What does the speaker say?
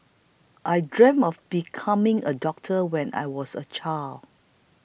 I dreamt of becoming a doctor when I was a child